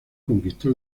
conquistó